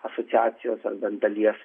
asociacijos ar bent dalies